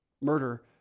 murder